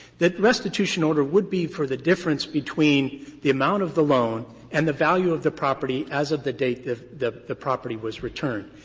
that restitution order would be for the difference between the amount of the loan and the value of the property as of the date the the property was returned.